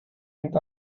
and